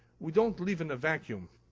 we don't live in a vacuum.